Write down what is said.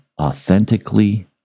authentically